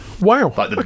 Wow